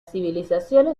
civilizaciones